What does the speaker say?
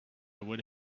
would